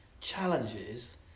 challenges